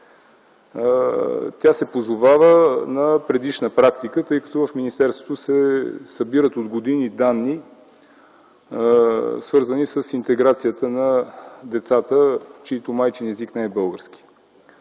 Тя се позовава на предишна практика, тъй като в министерството се събират от години данни, свързани с интеграцията на децата, чийто майчин език не е българският.